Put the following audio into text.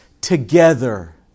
together